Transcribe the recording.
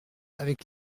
avec